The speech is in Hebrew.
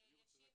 תגובה.